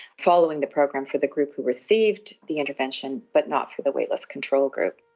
following the program for the group who received the intervention, but not for the waitlist control group.